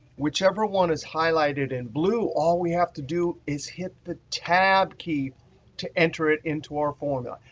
whichever one is highlighted in blue, all we have to do is hit the tab key to enter it into our formula.